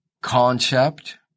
concept